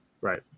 Right